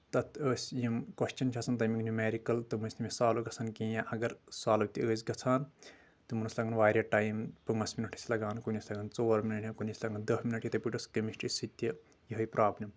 تتھ ٲسۍ یِم کۄسچن چھِ آسان تمٕکۍ نیٚمیرِکٕل تِم ٲسۍ نہٕ مےٚ سالو گژھان کینٛہہ اگر سالو تہِ ٲسۍ گژھان تمن اوس لگان واریاہ ٹایِم پٲنٛژ منٹ ٲسۍ لگان کُنہِ ٲسۍ لگان ژور منٹ کُنہِ ٲسۍ لگان دہ منٹ یتھے پٲٹھۍ ٲس کیمِسٹری سۭتۍ تہِ ہیے پرابلِم